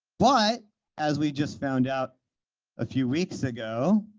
but as we just found out a few weeks ago,